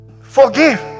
Forgive